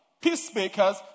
peacemakers